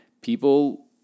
people